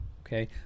Okay